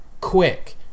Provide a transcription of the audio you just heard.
quick